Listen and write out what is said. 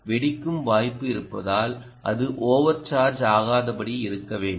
வெடிக்கும் வாய்ப்பு இருப்பதால் அது ஓவர் சார்ஜ் ஆகாதபடி இருக்க வேண்டும்